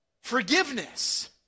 forgiveness